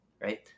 right